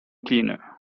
cleaner